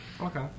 Okay